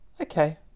okay